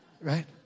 Right